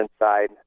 inside